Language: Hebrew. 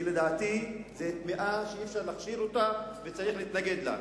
לדעתי זו טומאה שאי-אפשר להכשיר אותה וצריך להתנגד לה.